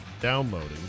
Downloading